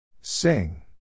Sing